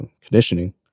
conditioning